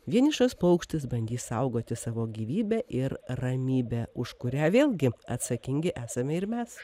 vienišas paukštis bandys saugoti savo gyvybę ir ramybę už kurią vėlgi atsakingi esame ir mes